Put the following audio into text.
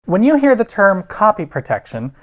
when you hear the term copy protection,